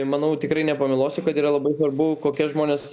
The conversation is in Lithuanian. manau tikrai nepameluosiu kad yra labai svarbu kokie žmonės